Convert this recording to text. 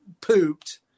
pooped